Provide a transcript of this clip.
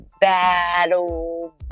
battle